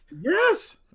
Yes